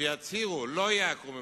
שיצהירו: לא ייעקרו מבתיהם.